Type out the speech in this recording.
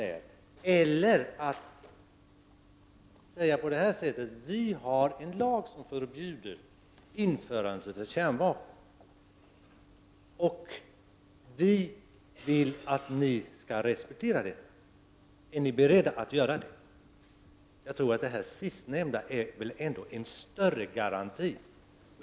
Vi kan i stället säga att vi har en lag som förbjuder införande av kärnvapen, att vi vill att besökande fartyg skall respektera det och fråga om de är beredda att göra det. Jag tror att det sistnämnda alternativet ger en större garanti.